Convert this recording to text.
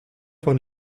von